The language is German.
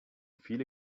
viele